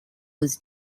was